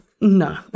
no